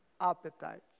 appetites